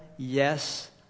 Yes